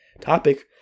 topic